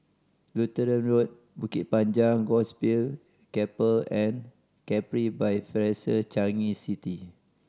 Lutheran Road Bukit Panjang Gospel Chapel and Capri by Fraser Changi City